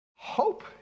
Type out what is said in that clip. Hope